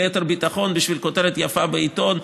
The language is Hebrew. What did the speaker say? ליתר ביטחון בשביל כותרת יפה בעיתון,